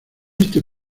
este